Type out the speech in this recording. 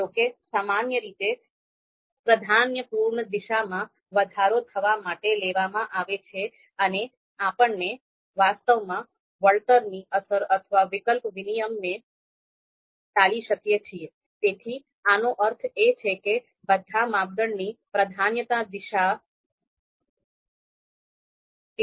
જો કે સામાન્ય રીતે પ્રાધાન્યપૂર્ણ દિશામાં વધારો થવા માટે લેવામાં આવે છે અને આપણે વાસ્તવમાં વળતરની અસર અથવા વિકલ્પ વિનિમયને ટાળી શકીએ છીએ